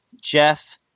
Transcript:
Jeff